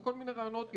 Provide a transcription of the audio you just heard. וכל מיני רעיונות יפים,